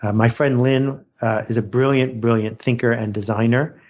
ah my friend lynn is a brilliant, brilliant thinker and designer.